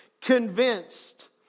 convinced